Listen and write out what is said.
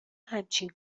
همچین